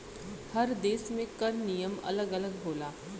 हर देस में कर नियम अलग अलग होला